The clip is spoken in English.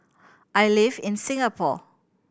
I live in Singapore